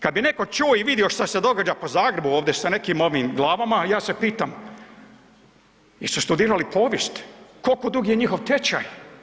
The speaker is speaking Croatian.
Kad bi netko čuo i vidio šta se događa po Zagrebu ovde sa nekim ovim glavama ja se pitam jeste studirali povijest, koliko dug je njihov tečaj.